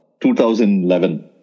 2011